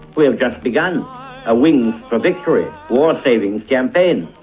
we have just begun a wings for victory war savings campaign,